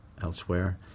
elsewhere